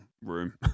room